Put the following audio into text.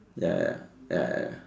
ya ya ya ya ya